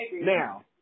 Now